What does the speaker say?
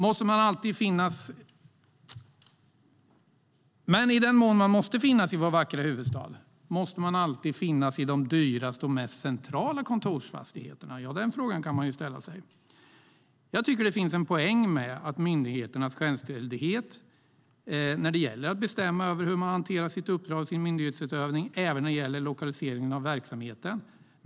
Men i den mån man måste finnas i vår vackra huvudstad, måste man alltid finnas i de dyraste och mest centrala kontorsfastigheterna? Den frågan kan man ställa sig. Jag tycker att det finns en poäng med myndigheternas självständighet när det gäller att bestämma över hur man hanterar sitt uppdrag och sin myndighetsutövning, även när det gäller lokaliseringen av verksamheten.